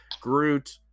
Groot